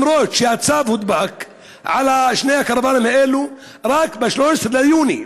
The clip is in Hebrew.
אפילו שהצו הודבק על שני הקרוונים האלה רק ב-13 ביוני,